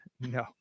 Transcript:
No